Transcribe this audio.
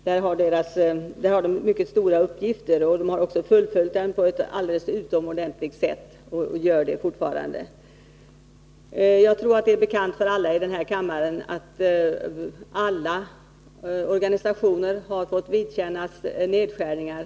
Där har invandrarorganisationerna mycket stora uppgifter, och de har också fullgjort dem på ett alldeles utomordentligt sätt och gör det fortfarande. Jag tror att det är bekant för alla i denna kammare att alla organisationer har fått vidkännas nedskärningar.